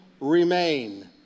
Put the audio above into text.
remain